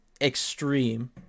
extreme